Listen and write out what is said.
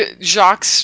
Jacques